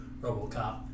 RoboCop